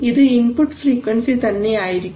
ഇത് input frequency തന്നെയായിരിക്കും